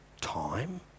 Time